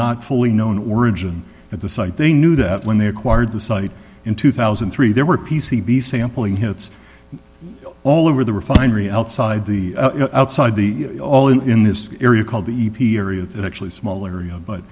not fully known origin at the site they knew that when they acquired the site in two thousand and three there were p c b sampling hits all over the refinery outside the outside the all in this area called the e p area that actually small area but